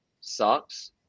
sucks